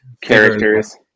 Characters